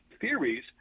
theories